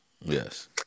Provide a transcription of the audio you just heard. yes